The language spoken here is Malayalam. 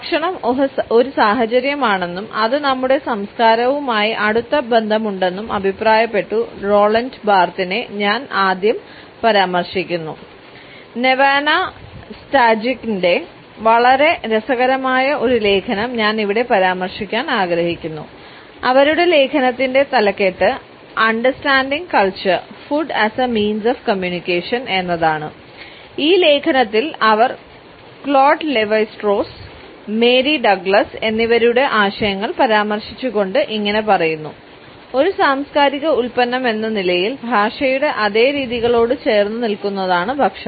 ഭക്ഷണം ഒരു സാഹചര്യമാണെന്നും അത് നമ്മുടെ സംസ്കാരവുമായി അടുത്ത ബന്ധമുണ്ടെന്നും അഭിപ്രായപ്പെട്ട റോളണ്ട് ബാർത്തിനേ എന്നിവരുടെ ആശയങ്ങൾ പരാമർശിച്ചുകൊണ്ട് ഇങ്ങനെ പറയുന്നു ഒരു സാംസ്കാരിക ഉൽപ്പന്നമെന്ന നിലയിൽ ഭാഷയുടെ അതേ രീതികളോട് ചേർന്നുനിൽക്കുന്നതാണ് ഭക്ഷണം